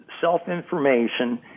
self-information